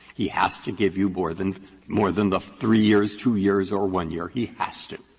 he has to give you more than more than the three years, two years or one year. he has to.